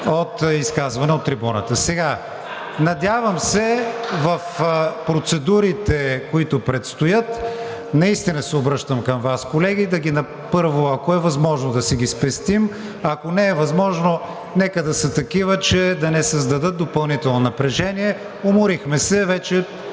от изказване от трибуната. Надявам се в процедурите, които предстоят, наистина се обръщам към Вас, колеги, първо, ако е възможно да си ги спестим, ако не е възможно, нека да са такива, че да не създадат допълнително напрежение. Уморихме се, вече